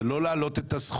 זה לא להעלות את הסכום.